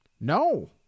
No